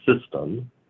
system